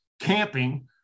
camping